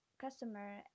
customer